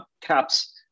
caps